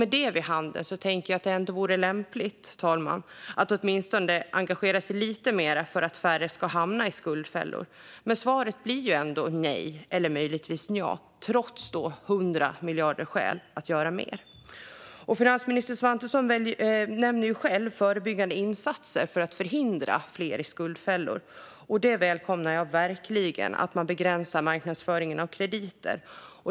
Med det vid handen tänker jag att det ändå vore lämpligt att åtminstone engagera sig lite mer för att färre ska hamna i skuldfällor. Men svaret blir ändå nej eller möjligtvis nja, trots 100 miljarder skäl för att göra mer. Finansminister Svantesson nämner själv förebyggande insatser för att förhindra att fler hamnar i skuldfällor. Jag välkomnar verkligen att man begränsar marknadsföringen av krediter.